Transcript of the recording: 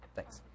Thanks